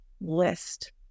list